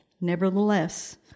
Nevertheless